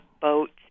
boats